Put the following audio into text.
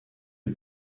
you